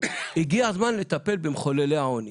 הגיע הזמן לטפל במחוללי העוני,